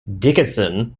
dickerson